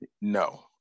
no